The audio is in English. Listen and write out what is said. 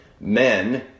Men